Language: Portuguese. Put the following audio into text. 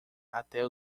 até